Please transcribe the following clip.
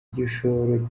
gishoro